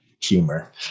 humor